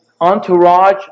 entourage